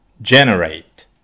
Generate